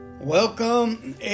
Welcome